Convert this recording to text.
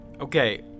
Okay